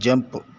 jump